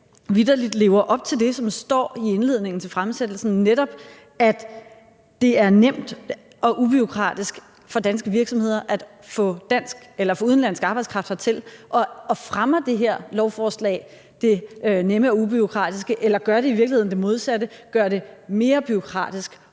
vitterlig lever op til det, som står i indledningen til fremsættelsen, netop at det skal være nemt og ubureaukratisk for danske virksomheder at få udenlandsk arbejdskraft hertil, og fremmer det her lovforslag det nemme og ubureaukratiske, eller gør det i virkeligheden det modsatte, nemlig gør det mere bureaukratisk og sværere? Kl.